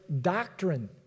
doctrine